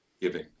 giving